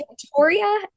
victoria